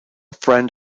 friend